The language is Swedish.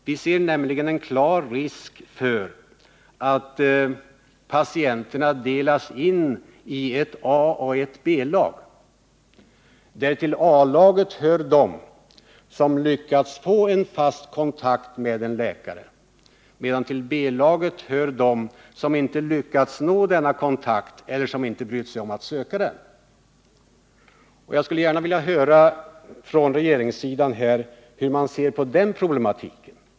Vi ser nämligen en klar risk för att patienterna delas in i ett A och ett B-lag, där till A-laget hör de som lyckats få en fast kontakt med en läkare, medan till B-laget hör de som inte lyckats nå denna kontakt eller som inte brytt sig om att söka nå den. Jag skulle gärna vilja höra från regeringssidan hur man ser på den problematiken.